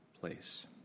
place